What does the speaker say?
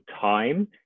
time